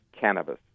cannabis